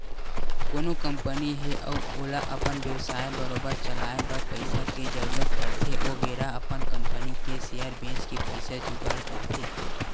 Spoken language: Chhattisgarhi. कोनो कंपनी हे अउ ओला अपन बेवसाय बरोबर चलाए बर पइसा के जरुरत पड़थे ओ बेरा अपन कंपनी के सेयर बेंच के पइसा जुगाड़ करथे